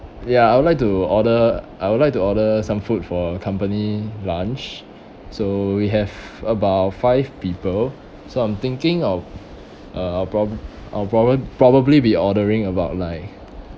ya I would like to order I would like to order some food for company lunch so we have about five people so I'm thinking of uh prob~ uh prob~ probably be ordering about like